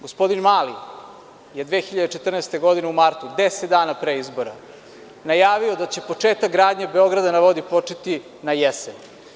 Gospodin Mali je 2014. godine u martu, deset dana pre izbora, najavio da će početak gradnje „Beograda na vodi“ početi na jesen.